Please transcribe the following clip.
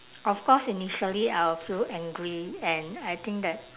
of course initially I'll feel angry and I think that